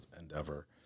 endeavor